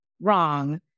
wrong